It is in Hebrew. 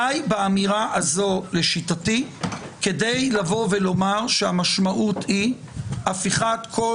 די באמירה הזאת לשיטתי כדי לבוא ולומר שהמשמעות היא הפיכת כל